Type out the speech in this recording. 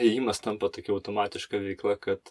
ėjimas tampa tokia automatiška veikla kad